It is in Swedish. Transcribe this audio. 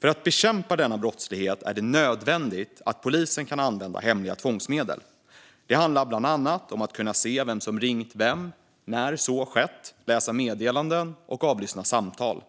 För att bekämpa denna brottslighet är det nödvändigt att polisen kan använda hemliga tvångsmedel. Det handlar bland annat om att kunna se vem som ringt vem och när så skett, läsa meddelanden och avlyssna samtal.